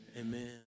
Amen